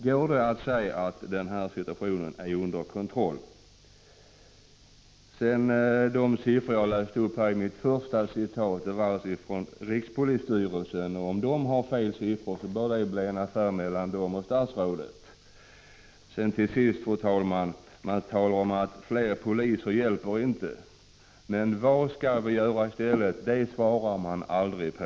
Går det att säga att denna situation är under kontroll? De siffror jag uppgav i mitt första anförande kom från rikspolisstyrelsen. Om man där har angett felaktiga siffror bör det bli en affär mellan rikspolisstyrelsen och statsrådet. Till sist, fru talman, talar man om att fler poliser inte hjälper. Men vad vi skall göra i stället svarar man aldrig på.